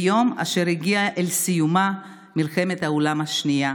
ביום אשר הגיעה אל סיומה מלחמת העולם השנייה.